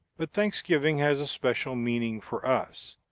but thanksgiving has a special meaning for us.